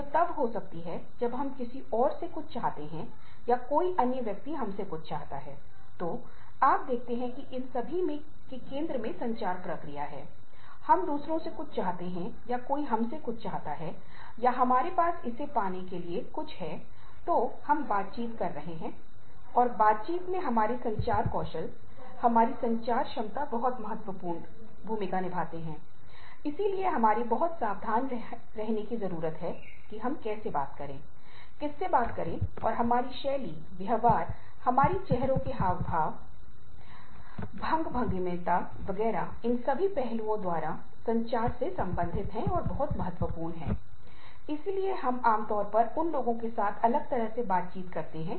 उदाहरण के लिए कहें कार्यालय जाते समय माता पिता बच्चों को स्कूल ले जा सकते हैं उन्हें स्कूल में छोड़ सकते हैं और फिर कार्यालय जा सकते हैं और दोपहर के भोजन के समय में वे परिवार के सदस्यों के साथ जुड़ सकते हैं माता पिता के साथ जुड़ सकते हैं